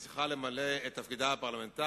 והיא צריכה למלא את תפקידה הפרלמנטרי,